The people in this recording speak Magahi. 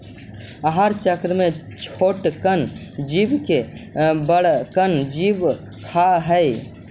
आहार चक्र में छोटकन जीव के बड़कन जीव खा हई